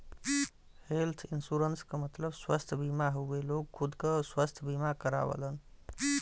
health insurance क मतलब स्वस्थ बीमा हउवे लोग खुद क स्वस्थ बीमा करावलन